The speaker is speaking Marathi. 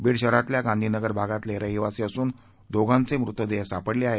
बीड शहरातल्या गांधी नगर भागातले हे रहिवासी असून दोघांचे मृतदेह सापडले आहेत